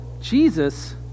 Jesus